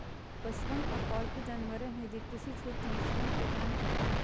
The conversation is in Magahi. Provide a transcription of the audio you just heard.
पशुधन उ पालतू जानवर हइ जे कृषि क्षेत्र में श्रम प्रदान करो हइ